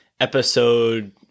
episode